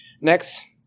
Next